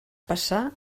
passar